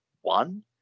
one